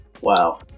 Wow